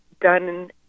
done